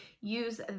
use